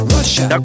Russia